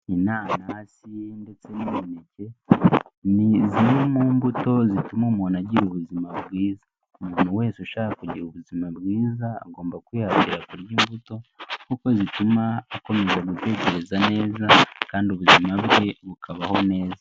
Inanasi ndetse n'imineke, ni zimwe mu mbuto zituma umuntu agira ubuzima bwiza. Umuntu wese ushaka kugira ubuzima bwiza, agomba kwihatira kurya imbuto kuko zituma akomeza gutekereza neza kandi ubuzima bwe bukabaho neza.